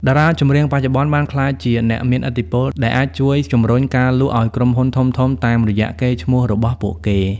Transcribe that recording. តារាចម្រៀងបច្ចុប្បន្នបានក្លាយជាអ្នកមានឥទ្ធិពល ដែលអាចជួយជម្រុញការលក់ឱ្យក្រុមហ៊ុនធំៗតាមរយៈកេរ្តិ៍ឈ្មោះរបស់ពួកគេ។